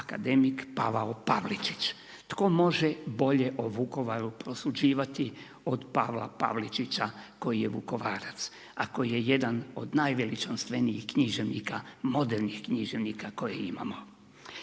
Pavao Pavličić. Tko može bolje o Vukovaru prosuđivati od Pavla Pavličića, koji je Vukovarac, a koji je jedan od najveličanstvenijih književnika, modernih književnika koje imamo.